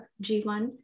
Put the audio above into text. G-1